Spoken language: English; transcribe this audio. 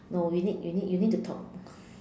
no you need you need you need to talk